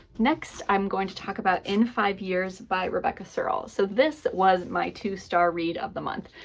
next, i'm going to talk about in five years by rebecca searle. so this was my two star read of the month.